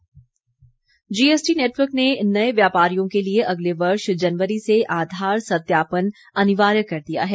GST GST network ने नए व्यापारियों के लिए अगले वर्ष जनवरी से आधार सत्यापन अनिवार्य कर दिया है